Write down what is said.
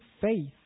faith